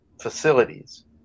facilities